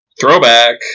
Throwback